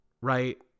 Right